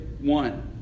one